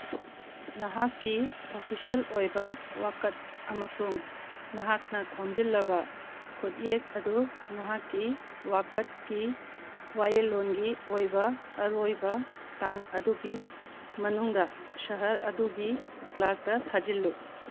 ꯅꯍꯥꯛꯀꯤ ꯑꯣꯐꯤꯁꯤꯌꯦꯜ ꯑꯣꯏꯕ ꯋꯥꯀꯠ ꯑꯃꯁꯨꯡ ꯅꯍꯥꯛꯅ ꯈꯣꯝꯖꯤꯜꯂꯕ ꯈꯨꯠꯌꯦꯛ ꯑꯗꯨ ꯅꯍꯥꯛꯀꯤ ꯋꯥꯀꯠꯀꯤ ꯋꯥꯌꯦꯜꯂꯣꯟꯒꯤ ꯑꯣꯏꯕ ꯑꯔꯣꯏꯕ ꯇꯥꯡ ꯑꯗꯨꯒꯤ ꯃꯅꯨꯡꯗ ꯁꯍꯔ ꯑꯗꯨꯒꯤ ꯀ꯭ꯂꯥꯛꯇ ꯊꯥꯖꯤꯜꯂꯨ